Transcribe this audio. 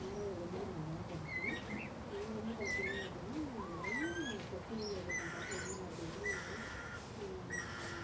ஆறாவதுலேருந்து நான் அங்கேதான் படித்தேன் அங்கே வந்து பார்த்தீங்க அப்படின்னா நிறையா பிரச்சனைகளை எதிர்கொண்டேன் என்ன அப்படின்னா